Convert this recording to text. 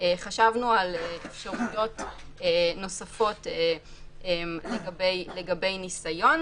חשבנו על אפשרויות נוספות לגבי ניסיון.